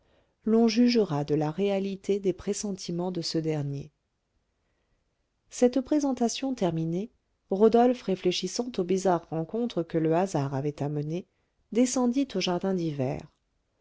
l'on jugera de la réalité des pressentiments de ce dernier cette présentation terminée rodolphe réfléchissant aux bizarres rencontres que le hasard avait amenées descendit au jardin d'hiver